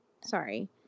sorry